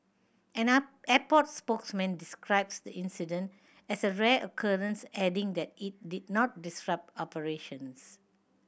an airport spokesman described the incident as a rare occurrence adding that it did not disrupt operations